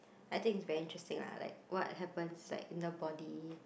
I think it's very interesting ah like what happens like in the body